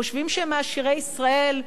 חושבים שהם עשירי ישראל.